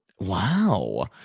Wow